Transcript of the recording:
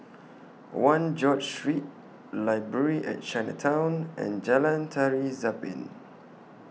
one George Street Library At Chinatown and Jalan Tari Zapin